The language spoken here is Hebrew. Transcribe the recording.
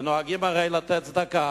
ונוהגים הרי לתת צדקה,